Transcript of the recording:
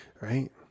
right